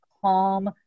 Calm